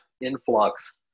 influx